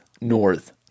North